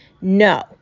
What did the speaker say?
No